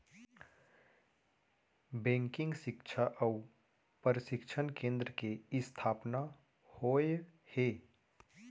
banking सिक्छा अउ परसिक्छन केन्द्र के इस्थापना होय हे